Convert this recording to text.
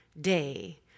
day